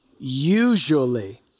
Usually